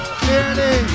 clearly